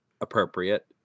appropriate